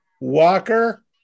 Walker